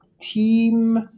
team